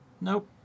Nope